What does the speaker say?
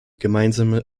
gemeinsame